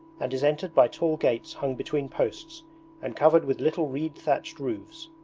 and is entered by tall gates hung between posts and covered with little reed-thatched roofs.